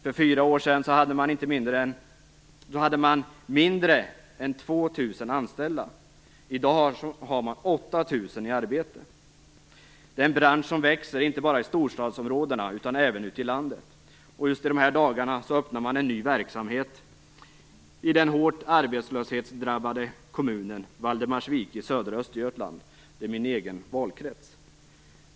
För fyra år sedan hade man mindre än 2 000 anställda. I dag har man 8 000 i arbete. Det är en bransch som växer, inte bara i storstadsområdena utan även ute i landet. Just i de här dagarna öppnar man en ny verksamhet i den hårt arbetslöshetsdrabbade kommunen Valdemarsvik i södra Östergötland. Det är min egen valkrets.